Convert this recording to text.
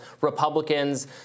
Republicans